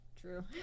True